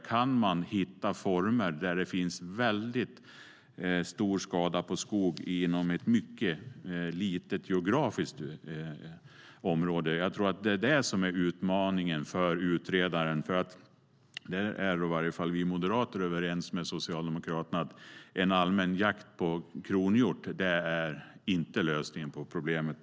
Vilka former kan man hitta när det sker väldigt stor skada på skog inom ett mycket litet geografiskt område? Jag tror att det är det som är utmaningen för utredaren. I varje fall är vi moderater överens med Socialdemokraterna om att allmän jakt på kronhjort inte är lösningen på problemet.